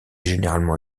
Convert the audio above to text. généralement